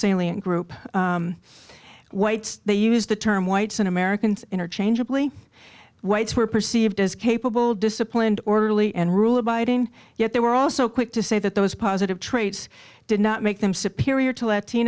salient group whites they use the term whites and americans interchangeably whites were perceived as capable disciplined orderly and rule abiding yet they were also quick to say that those positive traits did not make them superior to l